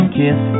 kiss